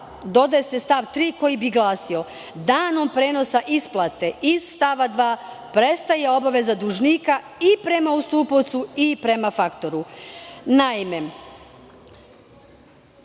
dodaje se stav 3. koji bi glasio: "Danom prenosa isplate iz stava 2. prestaje obaveza dužnika i prema ustupaocu i prema faktoru".